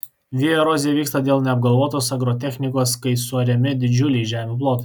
vėjo erozija vyksta dėl neapgalvotos agrotechnikos kai suariami didžiuliai žemių plotai